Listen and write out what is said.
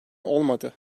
olmadı